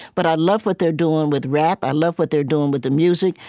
but i love what they're doing with rap. i love what they're doing with the music.